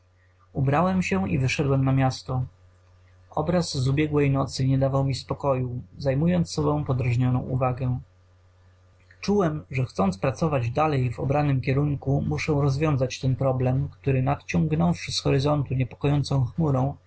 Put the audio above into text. ubrałem się i wyszedłem na miasto obraz z ubiegłej nocy nie dawał mi spokoju zajmując sobą podrażnioną uwagę czułem że chcąc pracować dalej w obranym kierunku muszę rozwiązać ten problem który nadciągnąwszy z horyzontu niepokojącą chmurą